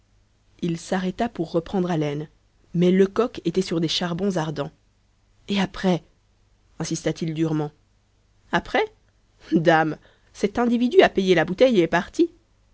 il s'arrêta pour reprendre haleine mais lecoq était sur des charbons ardents et après insista t il durement après dame cet individu a payé la bouteille et est parti